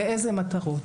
לאיזה מטרות,